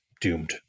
doomed